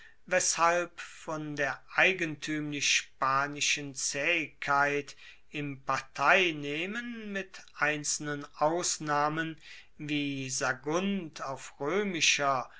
weshalb von der eigentuemlich spanischen zaehigkeit im parteinehmen mit einzelnen ausnahmen wie sagunt auf roemischer